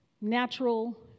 natural